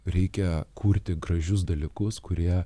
reikia kurti gražius dalykus kurie